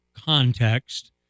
context